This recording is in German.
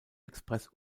express